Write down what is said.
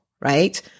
right